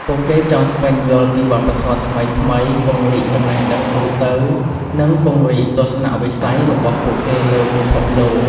ពួកគេចង់ស្វែងយល់ពីវប្បធម៌ថ្មីៗ ពង្រីកចំណេះដឹងទូទៅ និងពង្រីកទស្សនវិស័យរបស់ពួកគេលើពិភពលោក។